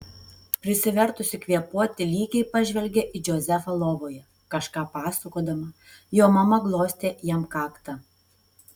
prisivertusi kvėpuoti lygiai pažvelgė į džozefą lovoje kažką pasakodama jo mama glostė jam kaktą